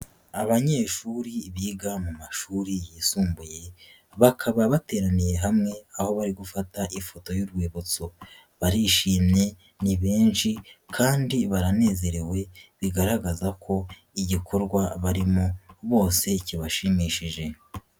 Abanyeshuri biga mu mashuri yisumbuye bakaba bateraniye hamwe, aho bari gufata ifoto y'urwibutso. Barishimye ni benshi kandi baranezerewe bigaragaza ko igikorwa barimo bose kibashimishije.